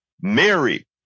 Mary